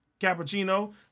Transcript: Cappuccino